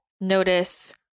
notice